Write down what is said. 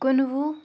کُنوُہ